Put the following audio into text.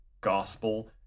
gospel